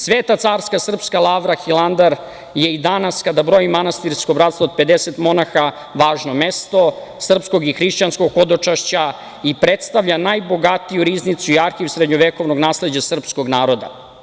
Sveta carska srpska lavra Hilandar je i danas, kada broji manastirsko bratstvo od 50 monaha, važno mesto srpskog i hrišćanskog hodočašća i predstavlja najbogatiju riznicu i arhiv srednjovekovnog nasleđa srpskog naroda.